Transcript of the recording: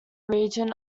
region